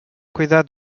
cuidar